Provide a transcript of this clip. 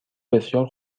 بسیار